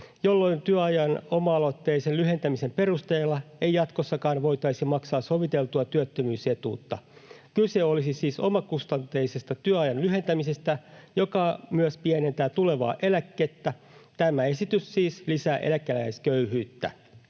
jolloin työajan oma-aloitteisen lyhentämisen perusteella ei jatkossakaan voitaisi maksaa soviteltua työttömyysetuutta. Kyse olisi siis omakustanteisesta työajan lyhentämisestä, joka myös pienentää tulevaa eläkettä. Tämä esitys siis lisää eläkeläisköyhyyttä.